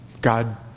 God